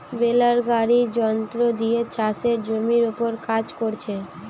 বেলার গাড়ি যন্ত্র দিয়ে চাষের জমির উপর কাজ কোরছে